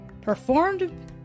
performed